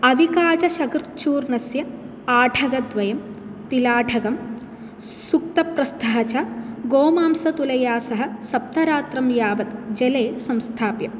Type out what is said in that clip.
अविकाचशकुत्चूर्णस्य आठगद्वयं तिलाठगं सुक्तप्रस्थाः च गोमांसतुलया सह सप्तरात्रं यावत् जले संस्थाप्य